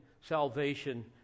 salvation